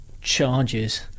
charges